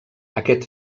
aquest